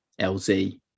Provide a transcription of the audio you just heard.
LZ